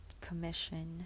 commission